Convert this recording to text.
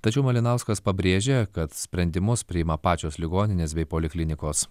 tačiau malinauskas pabrėžė kad sprendimus priima pačios ligoninės bei poliklinikos